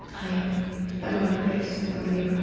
i i want to produce you.